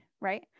right